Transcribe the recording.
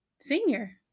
senior